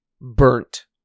burnt